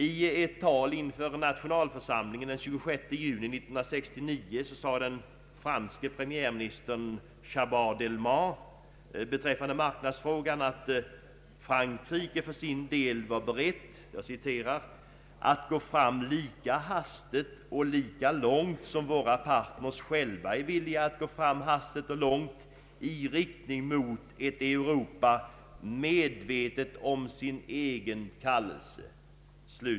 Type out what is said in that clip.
I ett tal inför nationalförsamlingen den 26 juni 1969 sade den franske premiärministern Chaban-Delmas beträffande marknadsfrågan att Frankrike för sin del var berett att ”gå fram lika hastigt och lika långt som våra partners själva är villiga att gå fram hastigt och långt i riktning mot ett Europa medvetet om sin egen kallelse”.